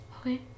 Okay